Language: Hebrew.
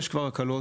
יש כבר הקלות